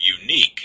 unique